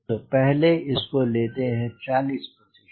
तो पहले इसको लेते हैं 40 प्रतिशत